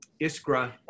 Iskra